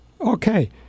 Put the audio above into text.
okay